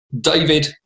David